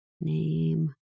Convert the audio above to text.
name